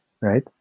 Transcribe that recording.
right